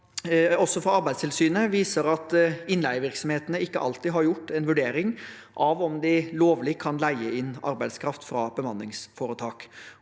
Også Arbeidstilsynets rapport viser at innleievirksomhetene ikke alltid har gjort en vurdering av om de lovlig kan leie inn arbeidskraft fra bemanningsforetak.